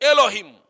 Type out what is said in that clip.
Elohim